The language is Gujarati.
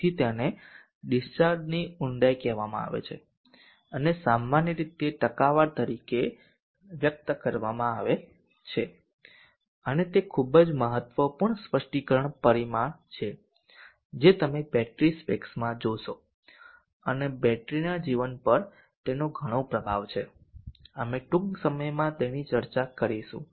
તેથી તેને ડીસ્ચાર્જની ઊંડાઈ કહેવામાં આવે છે અને સામાન્ય રીતે ટકાવારી તરીકે વ્યક્ત કરવામાં આવે છે અને તે ખૂબ જ મહત્વપૂર્ણ સ્પષ્ટીકરણ પરિમાણ છે જે તમે બેટરી સ્પેક્સમાં જોશો અને બેટરીના જીવન પર તેનો ઘણો પ્રભાવ છે અમે ટૂંક સમયમાં તેની ચર્ચા કરીશું